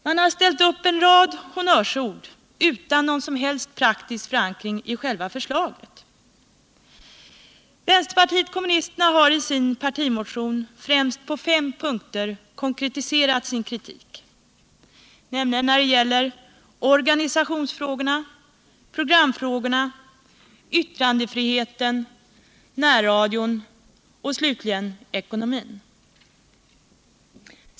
Man har ställt upp en rad honnörsord utan någon som helst praktisk förankring i själva förslaget. Vänsterpartiet kommunisterna har i sin partimotion främst på fem punkter konkretiserat sin kritik, nämligen när det gäller organisationsfrågorna, programfrågorna, yttrandefriheten, närradion-TV:n och ekonomin.